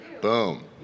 Boom